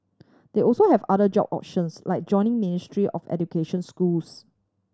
they also have other job options like joining Ministry of Education schools